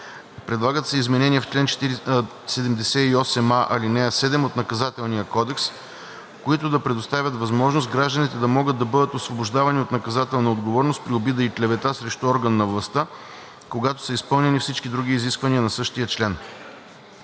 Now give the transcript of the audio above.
Предлагат се изменения в чл. 78а, ал. 7 от Наказателния кодекс, които да предоставят възможност гражданите да могат да бъдат освобождавани от наказателна отговорност при обида и клевета срещу орган на властта, когато са изпълнени всички други изисквания на същия член.